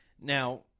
Now